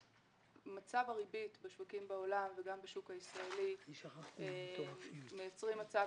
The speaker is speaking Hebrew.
מצב הריבית בשווקים בעולם וגם בשוק הישראלי מייצר מצב